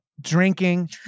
Drinking